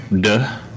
Duh